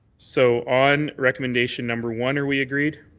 so on recommendation number one, are we agreed?